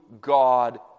God